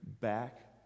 back